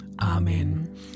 Amen